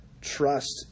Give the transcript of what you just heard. trust